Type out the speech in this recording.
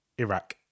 Iraq